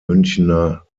münchener